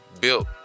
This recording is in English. built